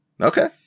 Okay